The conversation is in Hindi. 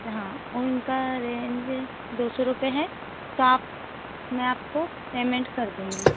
हाँ उनका रेंज दो सौ रुपए हैं तो आप मैं आपको पेमेंट कर दूँगी